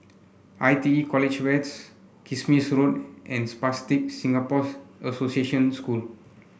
I T E College ways Kismis Road and Spastic Singapore's Association School